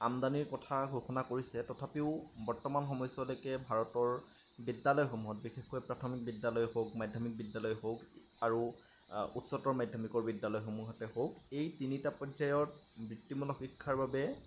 আমদানিৰ কথা ঘোষণা কৰিছে তথাপিও বৰ্তমান সময়ছোৱালৈকে ভাৰতৰ বিদ্যালয়সমূহত বিশেষকে প্ৰাথমিক বিদ্যালয়েই হওক মাধ্যমিক বিদ্যালয়েই হওক আৰু উচ্চতৰ মাধ্যমিকৰ বিদ্যালয়সমূহতেই হওক এই তিনিটা পৰ্যায়ত বৃত্তিমূলক শিক্ষাৰ বাবে